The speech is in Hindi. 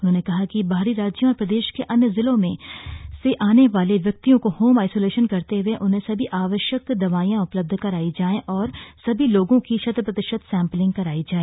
उन्होंने कहा कि बाहरी राज्यों और प्रदेश के अन्य जिलों से जिले में आने वाले व्यक्तियों को होम आईसोलेशन करते हुए उन्हें सभी आवश्यक दवाईयॉ उपलब्ध करायी जाए और सभी लोगों की शतप्रतिशत सैंपलिंग कराई जाए